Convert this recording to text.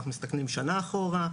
אנחנו מסתכלים שנה אחורה,